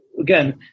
again